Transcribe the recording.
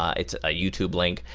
it's a youtube link.